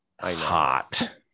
Hot